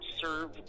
serve